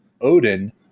odin